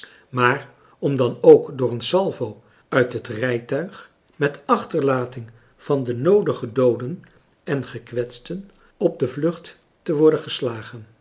maar om dan ook door een salvo uit het rijtuig met achterlating van de noodige dooden en gekwetsten op de vlucht te worden geslagen